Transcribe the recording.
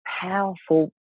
powerful